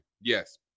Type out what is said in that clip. Yes